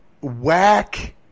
whack